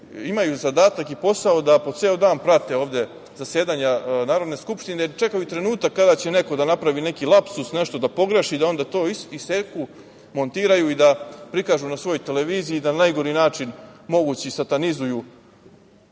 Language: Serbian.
imaju zadatak i posao da po ceo dan prate ovde zasedanja Narodne skupštine, čekaju trenutak kada će neko da napravi neki lapsus, nešto da pogreši i da onda to iseku, montiraju i da prikažu na svojoj televiziji i da na najgori mogući način satanizuju